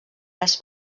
res